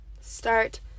Start